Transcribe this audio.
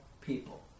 people